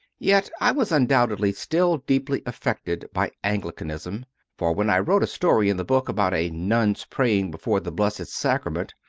yet i was un doubtedly still deeply affected by anglicanism for when i wrote a story in the book about a nun s praying before the blessed sacrament,